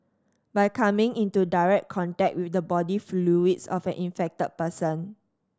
by coming into direct contact with the body fluids of an infected person